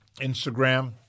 Instagram